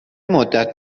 مدت